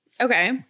Okay